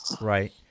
Right